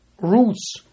roots